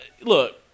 look